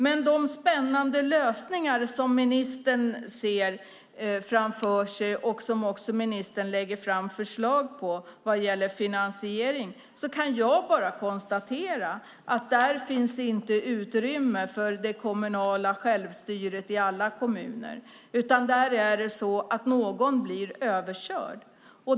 Med anledning av de spännande lösningar som ministern ser framför sig och som ministern lägger fram förslag om vad gäller finansiering kan jag bara konstatera att där finns det inte utrymme för det kommunala självstyret i alla kommuner. Där blir någon överkörd.